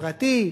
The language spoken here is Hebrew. פרטי,